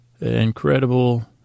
Incredible